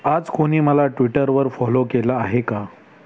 आज कोणी मला ट्विटरवर फॉलो केलं आहे का